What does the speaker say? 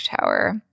tower